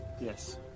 Yes